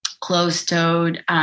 closed-toed